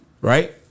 right